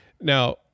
Now